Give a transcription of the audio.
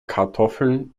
kartoffeln